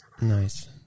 Nice